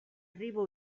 riba